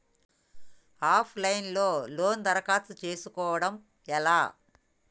Of line లో loan దరఖాస్తు చేసుకోవడం ఎలా?